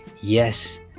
Yes